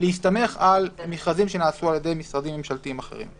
להסתמך על מכרזים שנעשו על ידי משרדים ממשלתיים אחרים.